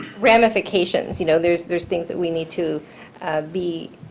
ramifications. you know there's there's things that we need to be